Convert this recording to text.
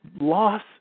loss